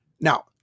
Now